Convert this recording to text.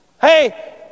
Hey